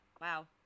Wow